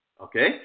Okay